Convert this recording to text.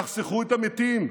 תחסכו את המתים,